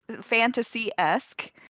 fantasy-esque